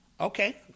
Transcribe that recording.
Okay